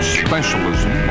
specialism